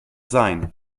sein